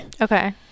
Okay